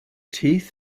teeth